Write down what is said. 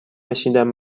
نشنیدم